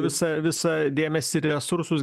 visą visą dėmesį ir resursus